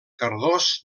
cardós